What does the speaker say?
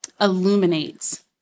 illuminates